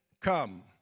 come